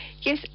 yes